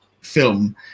film